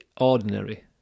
ordinary